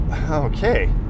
okay